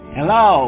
Hello